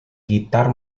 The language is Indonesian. gitar